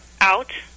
out